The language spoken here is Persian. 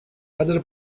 ندارد